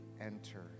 enter